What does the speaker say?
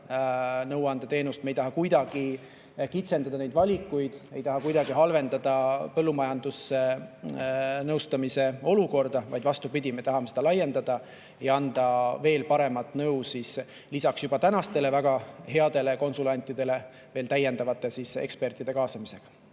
nõuandeteenust, me ei taha kuidagi kitsendada neid valikuid, ei taha kuidagi halvendada põllumajandusnõustamise olukorda, vaid vastupidi, me tahame seda laiendada ja anda veel paremat nõu lisaks juba praegustele väga headele [konsulentidele] täiendavate ekspertide kaasamisega.